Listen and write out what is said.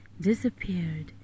disappeared